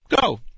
go